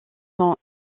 sont